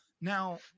Now